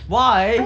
why